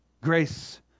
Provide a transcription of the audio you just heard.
Grace